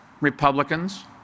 Republicans